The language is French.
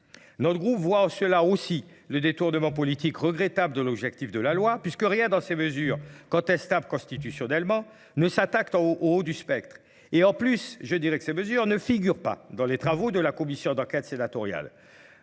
Notre groupe voit en cela aussi le détournement politique regrettable de l'objectif de la loi, puisque rien dans ces mesures, contestables constitutionnellement, ne s'attaque au haut du spectre. Et en plus, je dirais que ces mesures ne figurent pas dans les travaux de la Commission d'enquête sénatoriale.